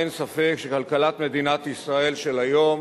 אין ספק שכלכלת מדינת ישראל של היום